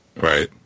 Right